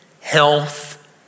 health